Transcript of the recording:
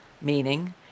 Meaning